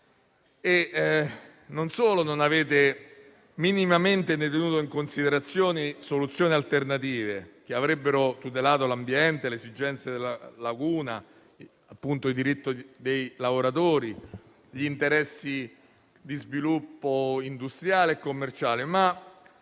Non avete minimamente tenuto in considerazione soluzioni alternative che avrebbero tutelato l'ambiente, le esigenze della laguna, il diritto dei lavoratori e gli interessi di sviluppo industriale e commerciale. La